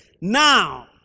Now